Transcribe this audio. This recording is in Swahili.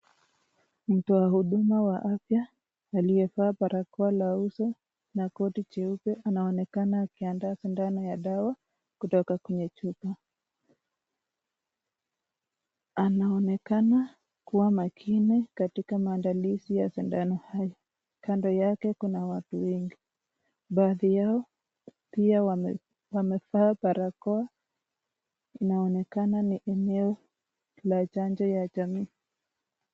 Mtu Wa huduma la afya aliyevaa barokoa leusi na koti jeupe anaonekana akiandaa sindano ya dawa kutoka kwenye chupa . Anaonekana kuwa makini katika maandalizi ya sindano haya . Kando yake Kuna watu wengi. Baadhi yao pia wamevaa barakoa . Inaonekana ni eneo la chanjo ya jamii.